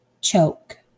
choke